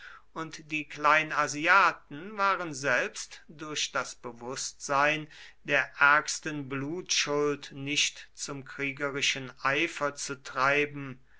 und die kleinasiaten waren selbst durch das bewußtsein der ärgsten blutschuld nicht zum kriegerischen eifer zu treiben